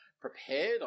prepared